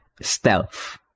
stealth